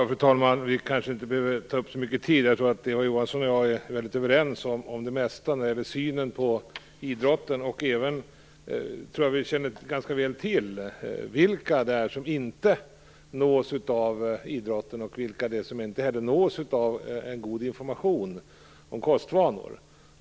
Fru talman! Vi kanske inte behöver ta upp så mycket mer tid. Jag tror att Eva Johansson och jag är överens om det mesta när det gäller synen på idrotten och även känner ganska väl till vilka det är som inte nås av idrotten och som inte heller nås av en god information om kostvanor.